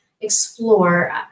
explore